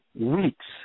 weeks